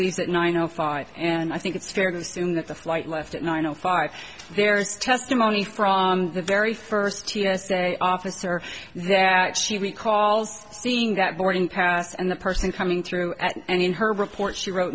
leaves at nine o five and i think it's fair to assume that the flight left at nine o far there is testimony from the very first t s a officer that she recalls seeing that boarding pass and the person coming through and in her report she wrote